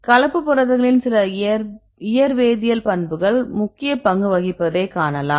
கலப்பு புரதங்களின் சில இயற்வேதியியல் பண்புகள் முக்கிய பங்கு வகிப்பதை காணலாம்